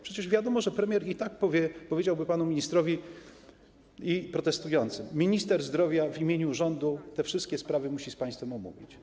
Przecież wiadomo, że premier i tak powiedziałby panu ministrowi i protestującym: minister zdrowia w imieniu rządu te wszystkie sprawy musi z państwem omówić.